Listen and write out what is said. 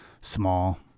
small